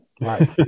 right